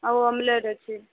ଆଉ ଅମଲେଟ୍ ଅଛି